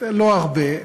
לא הרבה.